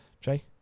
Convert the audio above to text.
Jay